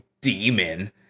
demon